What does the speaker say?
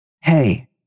Hey